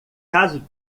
caso